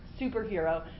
superhero